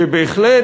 שבהחלט,